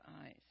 eyes